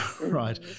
Right